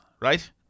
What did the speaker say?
right